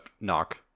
knock